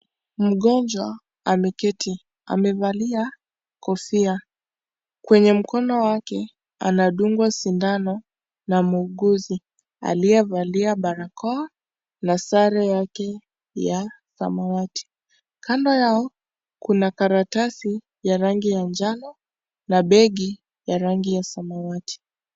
Mgonjwa ameketi, amevalia kofia. Kwenye mkono wake anadungwa sindano na muuguzi, aliyevalia barakoa na sare yake ya samawati. Kando yao kuna karatasi ya rangi ya njano na begi ya rangi ya samawati.